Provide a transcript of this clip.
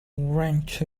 wrench